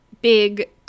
big